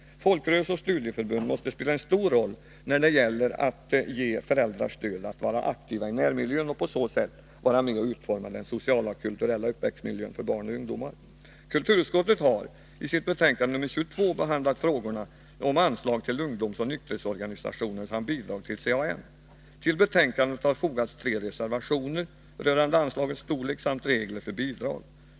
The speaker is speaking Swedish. Folkrörelser och studieförbund måste spela en stor roll när det gäller att ge föräldrar stöd att vara aktiva i närmiljön och på så sätt vara med och forma den sociala och kulturella uppväxtmiljön för barn och ungdomar. Kulturutskottet har i sitt betänkande nr 22 behandlat frågorna om anslag till ungdomsoch nykterhetsorganisationerna samt bidrag till CAN. Till betänkandet har fogats tre reservationer rörande anslagets storlek samt regler för bidrag.